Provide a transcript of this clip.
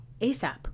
ASAP